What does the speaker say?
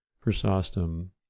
Chrysostom